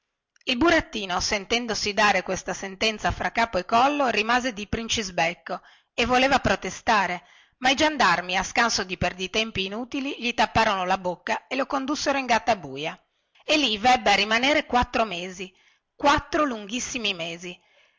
il burattino sentendosi dare questa sentenza fra capo e collo rimase di princisbecco e voleva protestare ma i giandarmi a scanso di perditempi inutili gli tapparono la bocca e lo condussero in gattabuia e lì vebbe a rimanere quattro mesi quattro lunghissimi mesi